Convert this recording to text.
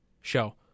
show